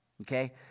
Okay